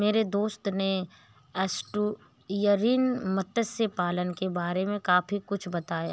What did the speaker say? मेरे दोस्त ने एस्टुअरीन मत्स्य पालन के बारे में काफी कुछ बताया